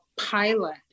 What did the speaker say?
pilot